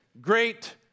great